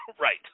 Right